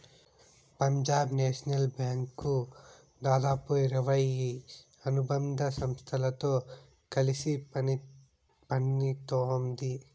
Punjab National Bank దాదాపు ఇరవై అనుబంధ సంస్థలతో కలిసి పనిత్తోంది